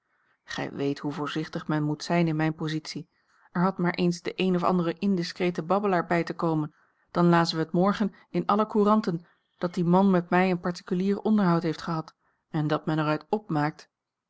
gij weet hoe voorzichtig men moet zijn in mijne positie er had maar eens de een of andere indiscrete babbelaar bij te komen dan lazen wij het morgen in alle couranten dat die man met mij een particulier onderhoud heeft gehad en dat men er uit opmaakt